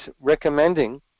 recommending